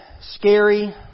scary